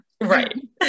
Right